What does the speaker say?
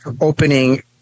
opening